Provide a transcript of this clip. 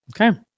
Okay